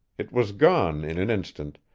it was gone in an instant,